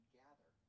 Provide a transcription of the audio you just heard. gather